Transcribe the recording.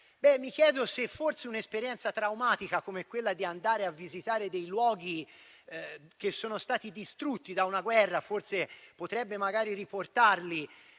Mi chiedo se forse un'esperienza traumatica, come quella di andare a visitare dei luoghi che sono stati distrutti da una guerra, potrebbe magari riportarli